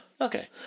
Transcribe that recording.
Okay